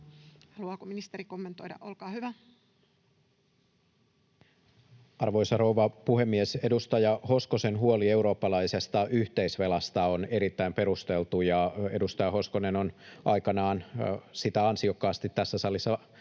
lainsäädännöksi Time: 17:12 Content: Arvoisa rouva puhemies! Edustaja Hoskosen huoli eurooppalaisesta yhteisvelasta on erittäin perusteltu. Edustaja Hoskonen on aikanaan sitä ansiokkaasti tässä salissa